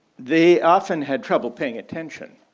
they often had trouble paying attention.